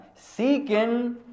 seeking